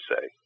say